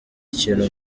ikintu